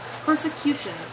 persecution